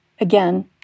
Again